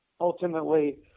ultimately